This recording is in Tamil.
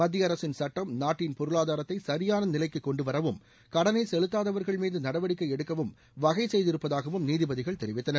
மத்திய அரசின் சுட்டம் நாட்டின் பொருளாதாரத்தை சரியான நிலைக்கு கொண்டுவரவும் கடனை செலுத்தாதவர்கள் மீது நடவடிக்கை எடுக்கவும் வகை செய்திருப்பதாகவும் நீதிபதிகள் தெரிவித்துள்ளனர்